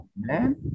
man